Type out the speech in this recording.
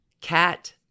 Cat